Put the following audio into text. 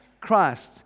Christ